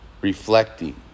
reflecting